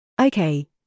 Okay